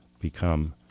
become